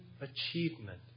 achievement